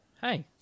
hey